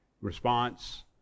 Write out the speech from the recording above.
response